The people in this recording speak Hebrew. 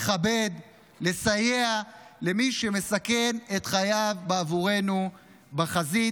לכבד, לסייע למי שמסכן את חייו בעבורנו בחזית.